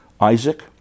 Isaac